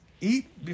Eat